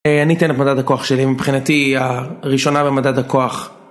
אה.. אני אתן את מדד הכוח שלי, מבחינתי ה.. הראשונה במדד הכוח.